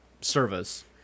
service